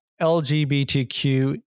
lgbtq